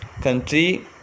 country